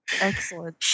excellent